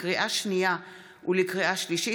לקריאה שנייה ולקריאה שלישית,